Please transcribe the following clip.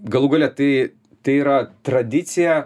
galų gale tai tai yra tradicija